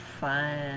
fun